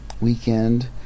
weekend